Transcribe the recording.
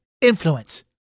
influence